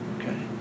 Okay